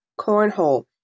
cornhole